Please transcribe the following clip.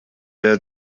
der